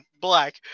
black